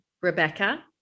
Rebecca